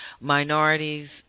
Minorities